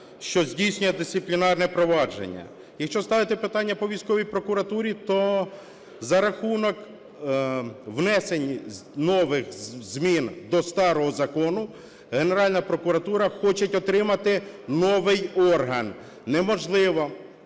що здійснює дисциплінарне провадження. Якщо ставити питання по військовій прокуратурі, то за рахунок внесень нових змін до старого закону Генеральна прокуратура хоче отримати новий орган – неважливо,